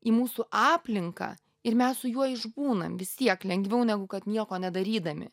į mūsų aplinką ir mes su juo išbūnam vis tiek lengviau negu kad nieko nedarydami